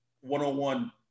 one-on-one